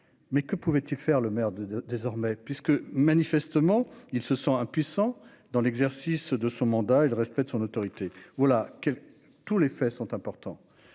mais que pouvait-il faire le maire de de désormais puisque manifestement, il se sent impuissant dans l'exercice de son mandat et le respect de son autorité, voilà que tous les faits sont importants,